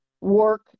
work